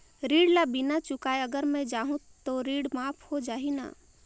ऋण ला बिना चुकाय अगर मै जाहूं तो ऋण माफ हो जाही न?